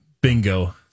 Bingo